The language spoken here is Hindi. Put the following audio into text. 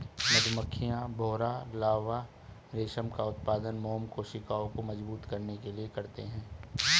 मधुमक्खियां, भौंरा लार्वा रेशम का उत्पादन मोम कोशिकाओं को मजबूत करने के लिए करते हैं